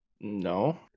No